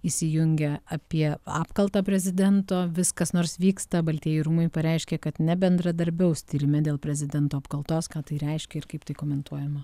įsijungę apie apkaltą prezidento vis kas nors vyksta baltieji rūmai pareiškė kad nebendradarbiaus tyrime dėl prezidento apkaltos ką tai reiškia ir kaip tai komentuojama